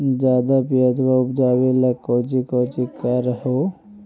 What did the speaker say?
ज्यादा प्यजबा उपजाबे ले कौची कौची कर हो?